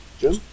Jim